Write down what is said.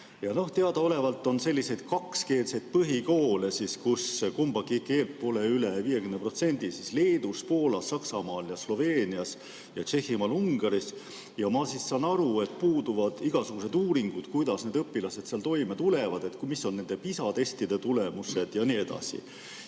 Teadaolevalt on selliseid kakskeelseid põhikoole, kus kumbagi keelt pole üle 50%, Leedus, Poolas, Saksamaal, Sloveenias, Tšehhimaal ja Ungaris. Ma saan aru, et puuduvad igasugused uuringud, kuidas need õpilased seal toime tulevad, mis on nende PISA testide tulemused jne.